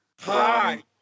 Hi